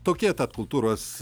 tokie tad kultūros